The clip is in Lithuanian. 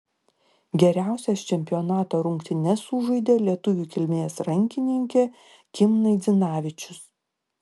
geriausias čempionato rungtynes sužaidė lietuvių kilmės rankininkė kim naidzinavičius